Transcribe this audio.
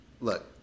look